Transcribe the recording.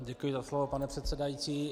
Děkuji za slovo, pane předsedající.